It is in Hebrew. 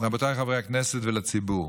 רבותיי חברי הכנסת, ולציבור: